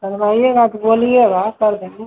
करवाइएगा तो बोलिएगा कर देंगे